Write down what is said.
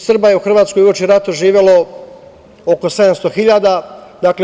Srba je u Hrvatskoj uoči rata živelo oko 700.000.